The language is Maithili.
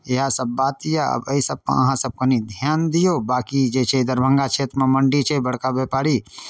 इएहसब बात अइ आब एहिसबपर अहाँसब कनि धिआन दिऔ बाकी जे छै दरभङ्गा क्षेत्रमे मण्डी छै बड़का बेपारी